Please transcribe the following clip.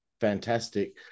fantastic